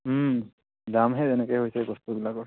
দামহে যেনেকৈ হৈছে বস্তুবিলাকৰ